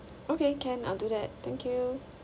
okay can I'll do that thank you